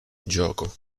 gioco